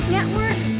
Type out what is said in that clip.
Network